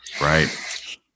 Right